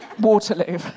Waterloo